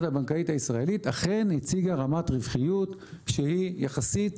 הבנקאית הישראלית אכן הציגה רמת רווחיות שהיא יחסית